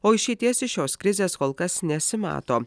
o išeities iš šios krizės kol kas nesimato